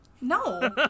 No